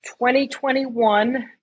2021